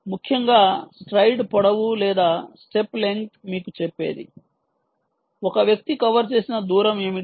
ముఖ్యంగా స్ట్రైడ్ పొడవు లేదా స్టెప్ లెంగ్త్ మీకు చెప్పేది ఒక వ్యక్తి కవర్ చేసిన దూరం ఏమిటి